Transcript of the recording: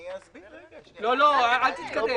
תתקדם.